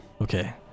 Okay